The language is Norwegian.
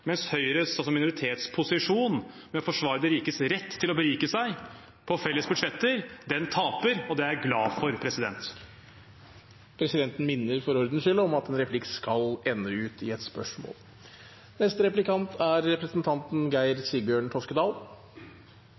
mens Høyre, altså minoritetsposisjonen, som forsvarer de rikestes rett til å berike seg på felles budsjetter, taper. Det er jeg glad for. Presidenten minner for ordens skyld om at en replikk skal ende i et spørsmål. Rødt er